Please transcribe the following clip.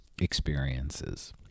experiences